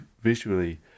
visually